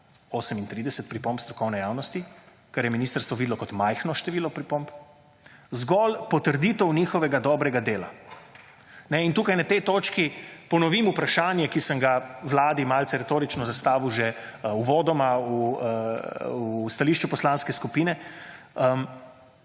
38 pripomb strokovne javnosti, kar je ministrstvo videlo kot majhno število pripomb – »…zgolj potrditev njihovega dobrega dela.« Kajne, in tukaj, na tej točki ponovim vprašanje, ki sem ga Vladi malce retorično zastavil že uvodoma, v stališču poslanske skupine,